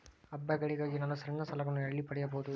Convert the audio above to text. ಹಬ್ಬಗಳಿಗಾಗಿ ನಾನು ಸಣ್ಣ ಸಾಲಗಳನ್ನು ಎಲ್ಲಿ ಪಡೆಯಬಹುದು?